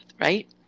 right